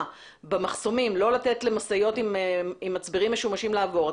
במחסומים לא לתת למשאיות עם מצברים משומשים לעבור,